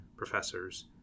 professors